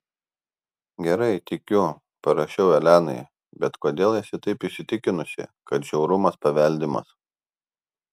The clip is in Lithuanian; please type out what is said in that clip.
gerai tikiu parašiau elenai bet kodėl esi taip įsitikinusi kad žiaurumas paveldimas